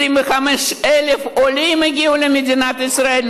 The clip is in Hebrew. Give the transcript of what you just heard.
25,000 עולים הגיעו למדינת ישראל,